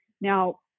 Now